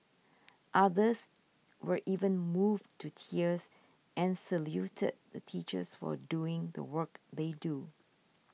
others were even moved to tears and saluted the teachers for doing the work they do